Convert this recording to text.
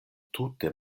tute